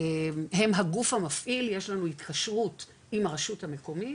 הם הגוף המפעיל, יש לנו התקשרות עם הרשות המקומית